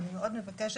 ואני מאוד מבקשת